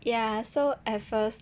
ya so at first